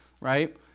right